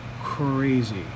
crazy